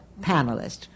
panelists